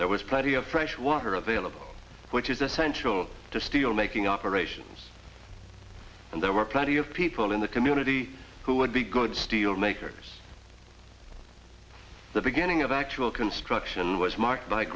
there was plenty of fresh water available which is essential to still making operations and there were plenty of people in the community who would be good steel makers the beginning of actual construction was mar